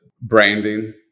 branding